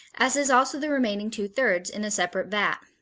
as is also the remaining two-thirds, in a separate vat.